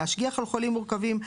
להשגיח על חולים מורכבים,